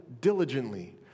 diligently